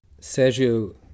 Sergio